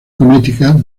connecticut